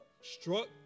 struck